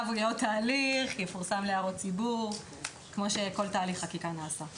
יהיה עוד תהליך והצו יפורסם להערות ציבור כפי שנעשה בכל תהליך חקיקה.